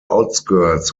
outskirts